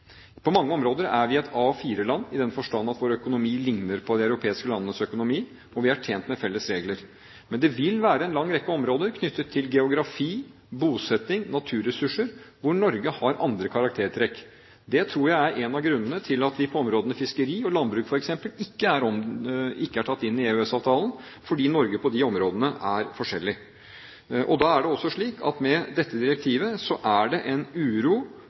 På mange områder er vi et A4-land, i den forstand at vår økonomi ligner på de europeiske landenes økonomi, og vi er tjent med felles regler. Men det vil være en lang rekke områder knyttet til geografi, bosetting og naturressurser, hvor Norge har andre karaktertrekk. Det tror jeg er en av grunnene til at områdene fiskeri og landbruk, f.eks., ikke er tatt inn i EØS-avtalen, fordi Norge på de områdene er annerledes. Da er det også slik at med dette direktivet er det en uro